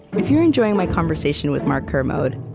if you're enjoying my conversation with mark kermode,